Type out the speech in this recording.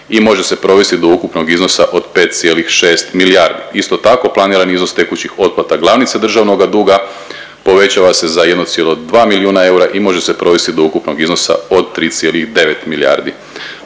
i može se provesti do ukupnog iznosa od 5,6 milijardi. Isto tako planirani iznos tekućih otplata glavnice državnoga duga povećava se za 1,2 milijuna eura i može se provesti do ukupnog iznosa od 3,9 milijardi.